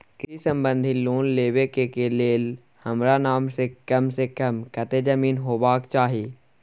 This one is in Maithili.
कृषि संबंधी लोन लेबै के के लेल हमरा नाम से कम से कम कत्ते जमीन होबाक चाही?